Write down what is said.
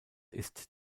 ist